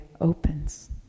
opens